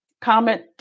comment